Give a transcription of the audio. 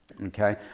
okay